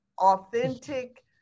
authentic